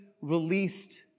released